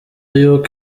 y’uko